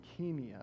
leukemia